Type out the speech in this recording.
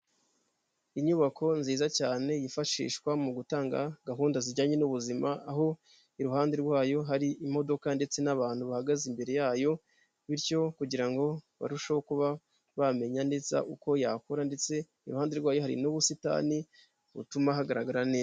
Inyubako nziza cyane yifashishwa mu gutanga gahunda zijyanye n'ubuzima, aho iruhande rwayo hari imodoka ndetse n'abantu bahagaze imbere yayo bityo kugira ngo barusheho kuba bamenya neza uko yakora ndetse iruhande rwayo hari n'ubusitani butuma hagaragara neza.